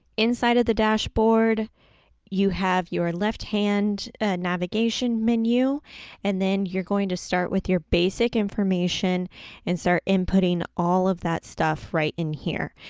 inside of the dashboard you have your left hand navigation menu and then you're going to start with your basic information and start inputting all of that stuff right in here.